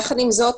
יחד עם זאת,